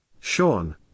Sean